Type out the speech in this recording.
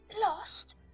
lost